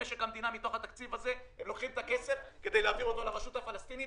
משק המדינה הם לוקחים את הכסף כדי להעביר אותו לרשות הפלסטינית,